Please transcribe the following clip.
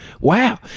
Wow